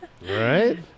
Right